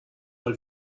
mal